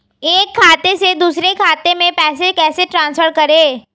एक खाते से दूसरे खाते में पैसे कैसे ट्रांसफर करें?